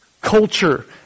culture